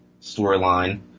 storyline